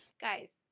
guys